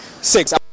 six